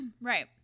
Right